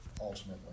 Ultimately